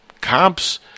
Cops